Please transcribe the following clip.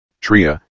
TRIA